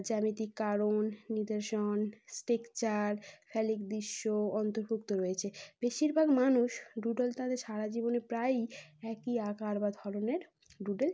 জ্যামিতিক কারণ নিদর্শন স্ট্রাকচার হেলিক্স দৃশ্য অন্তর্ভুক্ত রয়েছে বেশিরভাগ মানুষ ডুডল তাদের সারাজীবনে প্রায়ই একই আকার বা ধরনের ডুডল